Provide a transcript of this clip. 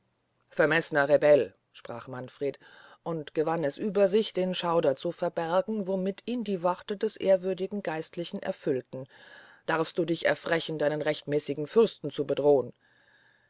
vermeßner rebell sprach manfred und gewann es über sich den schauder zu verbergen womit ihn die worte des ehrwürdigen geistlichen erfüllten darfst du dich erfrechen deinen rechtmäßigen fürsten zu bedrohn